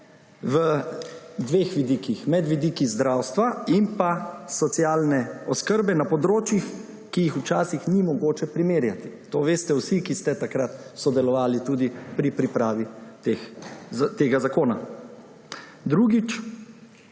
v dveh vidikih, med vidikoma zdravstva in socialne oskrbe na področjih, ki jih včasih ni mogoče primerjati. To veste vsi, ki ste takrat sodelovali tudi pri pripravi tega zakona. Drugič,